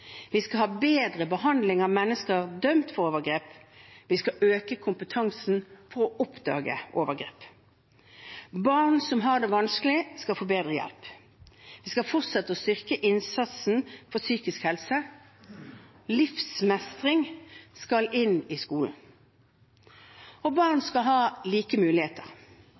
Vi skal ha bedre behandling av mennesker dømt for overgrep. Vi skal øke kompetansen for å oppdage overgrep. Barn som har det vanskelig, skal få bedre hjelp. Vi skal fortsette å styrke innsatsen for psykisk helse. Livsmestring skal inn i skolen. Barn skal ha like muligheter.